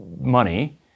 money